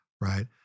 right